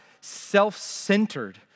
self-centered